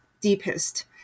deepest